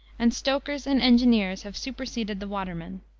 and stokers and engineers have superseded the watermen.